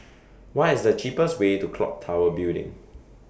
What IS The cheapest Way to Clock Tower Building